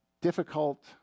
difficult